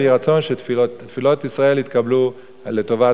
ויהי רצון שתפילות ישראל יתקבלו לטובת